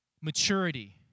Maturity